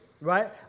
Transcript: right